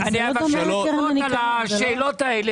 כמו קרן הניקיון?